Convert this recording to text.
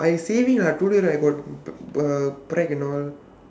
I saving lah today I got p~ p~ uh prac~ and all